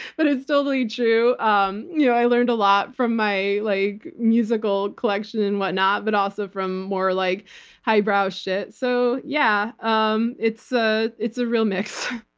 but it's totally true. um you know i learned a lot from my like musical collection and whatnot, but also from more like highbrow shit. so yeah, um it's ah it's a real mix.